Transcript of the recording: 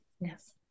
Yes